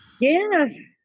Yes